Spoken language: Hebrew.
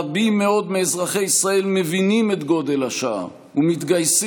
רבים מאוד מאזרחי ישראל מבינים את גודל השעה ומתגייסים,